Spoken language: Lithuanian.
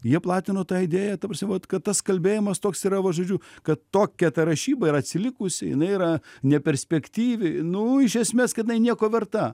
jie platino tą idėją ta prasme vat kad tas kalbėjimas toks yra va žodžiu kad tokia ta rašyba yra atsilikusi jinai yra neperspektyvi nu iš esmės kad jinai nieko verta